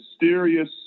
mysterious